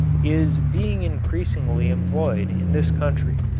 is being increasingly employed in this country,